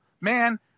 man